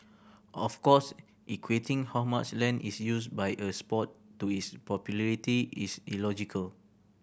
of course equating how much land is used by a sport to its popularity is illogical